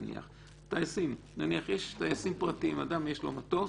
נניח יש טייסים פרטיים, אדם יש לו מטוס,